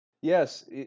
yes